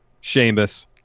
Sheamus